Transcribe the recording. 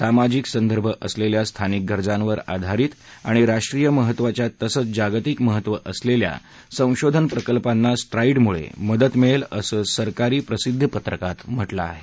सामाजिक संदर्भ असलेल्या स्थानिक गरजांवर आधारित आणि राष्ट्रीय महत्त्वाच्या तसंच जागतिक महत्त्व असलेल्या संशोधन प्रकल्पांना स्ट्राईडमुळे मदत मिळेल असं सरकारी प्रसिद्धीपत्रकात म्हटलं आहे